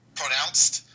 pronounced